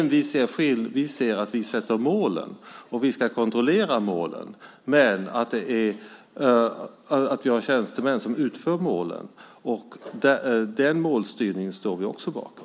Vi sätter upp målen och kontrollerar dem, men vi har tjänstemän som utför målen. Den målstyrningen står vi också bakom.